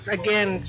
again